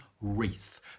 wreath